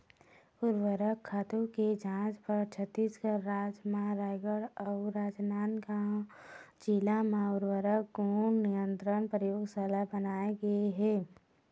उरवरक खातू के जांच बर छत्तीसगढ़ राज म रायगढ़ अउ राजनांदगांव जिला म उर्वरक गुन नियंत्रन परयोगसाला बनाए गे हे